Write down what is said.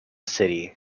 city